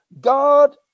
God